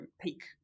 peak